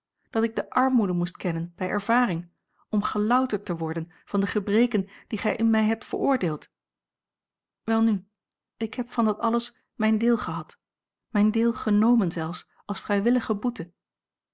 dat ik de armoede moest kennen bij ervaring om gelouterd te worden van de gebreken die gij in mij hebt veroordeeld welnu ik heb van dat alles mijn deel gehad mijn deel genomen zelfs als vrijwillige boete